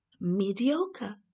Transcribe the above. mediocre